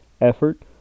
effort